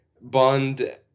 Bond